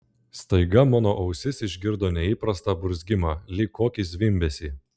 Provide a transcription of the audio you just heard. staiga mano ausis išgirdo neįprastą burzgimą lyg kokį zvimbesį